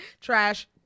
trash